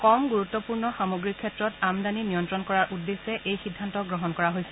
কম গুৰুত্বপূৰ্ণ সামগ্ৰীৰ ক্ষেত্ৰত আমদানী নিয়ন্ত্ৰণ কৰাৰ উদ্দেশ্যে এই সিদ্ধান্ত গ্ৰহণ কৰা হৈছে